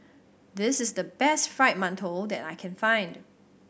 this is the best Fried Mantou that I can find